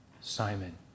Simon